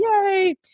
Yay